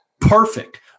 perfect